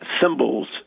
symbols